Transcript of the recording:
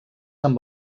amb